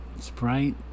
sprite